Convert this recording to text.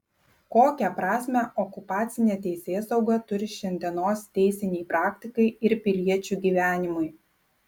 kokią prasmę okupacinė teisėsauga turi šiandienos teisinei praktikai ir piliečių gyvenimui